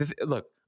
look